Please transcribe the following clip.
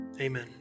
Amen